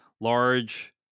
large